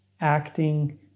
acting